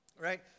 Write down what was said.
right